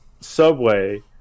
Subway